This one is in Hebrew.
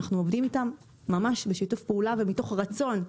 אנחנו עובדים איתם ממש בשיתוף פעולה ומתוך רצון אמתי,